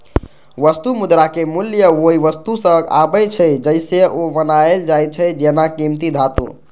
वस्तु मुद्राक मूल्य ओइ वस्तु सं आबै छै, जइसे ओ बनायल जाइ छै, जेना कीमती धातु